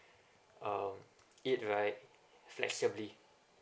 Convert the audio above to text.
um it right flexibly